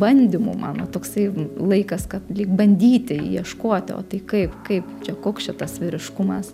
bandymų mano toksai laikas kad lyg bandyti ieškoti o tai kaip kaip čia koks čia tas vyriškumas